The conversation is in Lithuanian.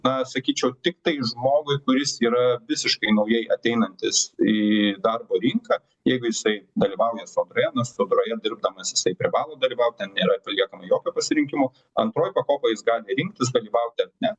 na sakyčiau tiktai žmogui kuris yra visiškai naujai ateinantis į darbo rinką jeigu jisai dalyvauja sobrojenas sobrojen dirbdamas jisai privalo dalyvauti ten nėra paliekama jokio pasirinkimo antroj pakopoj jis gali rinktis dalyvauti ar ne